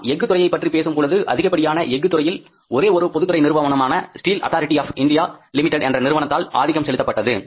நாம் எஃகு துறையைப் பற்றி பேசும்பொழுது அதிகப்படியாக எஃகு துறையில் ஒரே ஒரு பொதுத்துறை நிறுவனமான steel authority of India limited என்ற நிறுவனத்தால் ஆதிக்கம் செலுத்தப்பட்டன